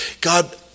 God